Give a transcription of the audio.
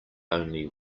only